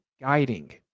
guiding